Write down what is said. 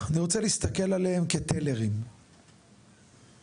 אני רוצה להסתכל עליהם כטלרים, בסדר?